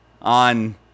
on